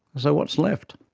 so, what's left?